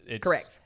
Correct